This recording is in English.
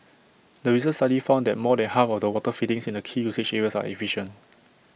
the recent study found that more than half of the water fittings in the key usage areas are efficient